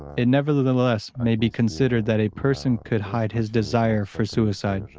it nevertheless may be considered that a person could hide his desire for suicide,